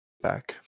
back